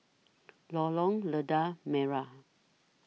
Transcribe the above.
Lorong Lada Merah